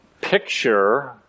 picture